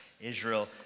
Israel